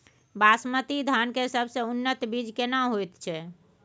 बासमती धान के सबसे उन्नत बीज केना होयत छै?